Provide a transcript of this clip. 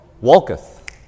Walketh